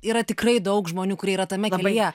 yra tikrai daug žmonių kurie yra tame kambaryje